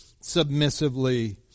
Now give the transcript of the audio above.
submissively